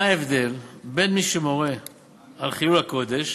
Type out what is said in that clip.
מה ההבדל בין מי שמורה על חילול הקודש,